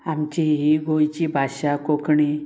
आमची ही गोंयची भाशा कोंकणी